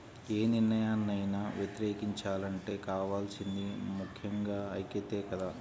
యే నిర్ణయాన్నైనా వ్యతిరేకించాలంటే కావాల్సింది ముక్కెంగా ఐక్యతే కదా